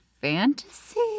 fantasy